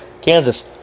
Kansas